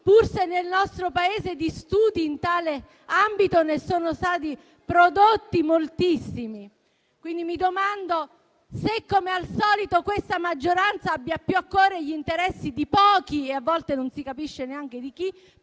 pur se nel nostro Paese di studi in tale ambito ne sono stati prodotti moltissimi. Mi domando se, come al solito, questa maggioranza abbia più a cuore gli interessi di pochi - e a volte non si capisce neanche di chi